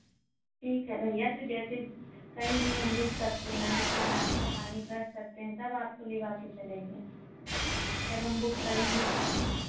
ठीक है भैया तो जैसे कहीं भी हम रुक सकते हैं अपना नाश्ता पानी कर सकते हैं तब आपको लिवा कर चलेंगे जब हम बुक करेंगे